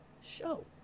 show